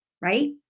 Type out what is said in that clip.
right